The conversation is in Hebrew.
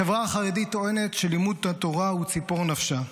החברה החרדית טוענת שלימוד התורה הוא ציפור נפשה.